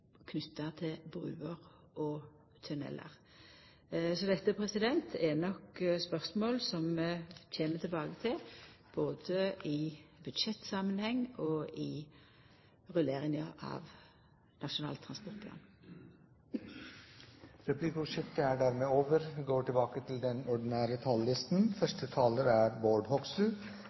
knytte til bruer og tunnelar. Så dette er nok spørsmål som vi kjem tilbake til, både i budsjettsamanheng og i rulleringa av Nasjonal transportplan. Replikkordskiftet er over.